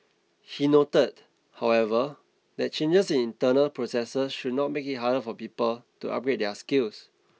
he noted however that changes in internal processes should not make it harder for people to upgrade their skills